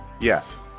yes